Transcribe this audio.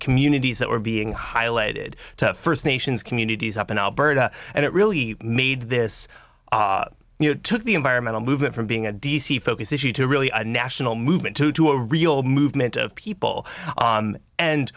communities that were being highlighted to first nations communities up in alberta and it really made this you know took the environmental movement from being a d c focus issue to really a national movement to to a real movement of people